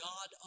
God